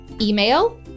email